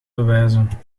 bewijzen